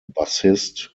bassist